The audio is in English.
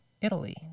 Italy